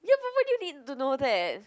ya but why do you need to know that